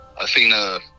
Athena